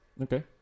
okay